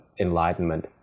enlightenment